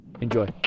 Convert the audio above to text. Enjoy